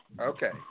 Okay